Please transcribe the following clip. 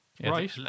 right